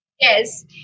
Yes